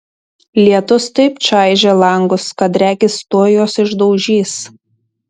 lietus taip čaižė langus kad regis tuoj juos išdaužys